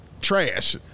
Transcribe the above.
trash